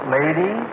lady